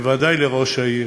ובוודאי לראש העיר,